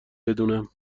بدونم